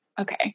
okay